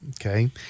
Okay